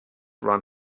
run